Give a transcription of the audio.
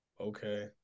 Okay